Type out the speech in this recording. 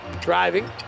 Driving